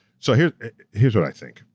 so here's here's what i think,